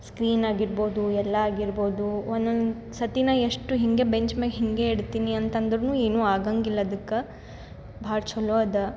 screen ಆಗಿರ್ಬೋದು ಎಲ್ಲ ಆಗಿರ್ಬೋದು ಒಂದೊಂದು ಸತಿ ನಾ ಎಷ್ಟು ಹಿಂಗೆ ಬೆಂಚ್ಮೆಗೆ ಹಿಂಗೆ ಇಡ್ತೀನಿ ಅಂತದ್ರು ಏನು ಆಗಾಗಿಲ್ಲ ಅದಕ್ಕೆ ಭಾಳ ಚಲೋ ಅದ